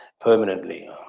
permanently